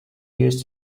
use